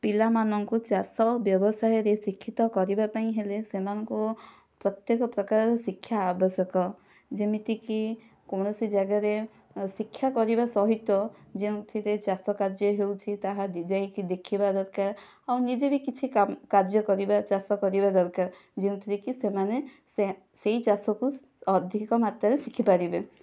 ପିଲାମାନଙ୍କୁ ଚାଷ ବ୍ୟବସାୟରେ ଶିକ୍ଷିତ କରିବା ପାଇଁ ହେଲେ ସେମାନଙ୍କୁ ପ୍ରତ୍ୟକ ପ୍ରକାରର ଶିକ୍ଷା ଆବଶ୍ୟକ ଯେମିତିକି କୌଣସି ଜାଗାରେ ଶିକ୍ଷା କରିବା ସହିତ ଯେଉଁଥିରେ ଚାଷକାର୍ଯ୍ୟ ହେଉଛି ତାହା ବି ଯାଇକି ଦେଖିବା ଦରକାର ଆଉ ନିଜେ ବି କିଛି କାର୍ଯ୍ୟ କରିବା ଚାଷ କରିବା ଦରକାର ଯେଉଁଥିରେ କି ସେମାନେ ସେ ସେଇ ଚାଷ କୁ ଅଧିକ ମାତ୍ରାରେ ଶିଖି ପାରିବେ